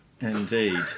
Indeed